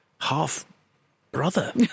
half-brother